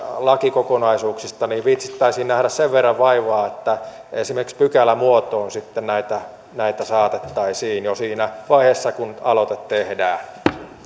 lakikokonaisuuksista niin viitsittäisiin nähdä sen verran vaivaa että esimerkiksi pykälämuotoon näitä näitä saatettaisiin jo siinä vaiheessa kun aloite tehdään